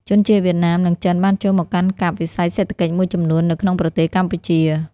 ជនជាតិវៀតណាម និងចិនបានចូលមកកាន់កាប់វិស័យសេដ្ឋកិច្ចមួយចំនួននៅក្នុងប្រទេសកម្ពុជា។